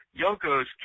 Yoko's